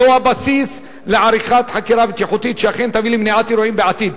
זהו הבסיס לעריכת חקירה בטיחותית שאכן תביא למניעת אירועים בעתיד.